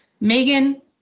Megan